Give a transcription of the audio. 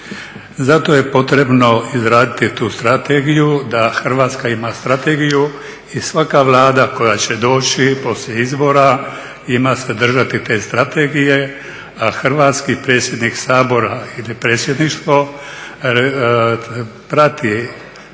zato je potrebno izraditi tu strategiju da Hrvatska ima strategiju i svaka vlada koja će doći poslije izbora ima se držati te strategije, a hrvatski predsjednik Sabora ili predsjedništvo prati